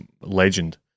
legend